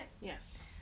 Yes